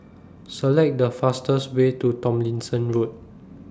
Select The fastest Way to Tomlinson Road